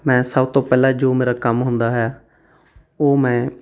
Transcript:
ਮੈਂ ਸਭ ਤੋਂ ਪਹਿਲਾਂ ਜੋ ਮੇਰਾ ਕੰਮ ਹੁੰਦਾ ਹੈ ਉਹ ਮੈਂ